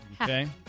Okay